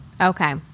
Okay